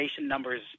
numbers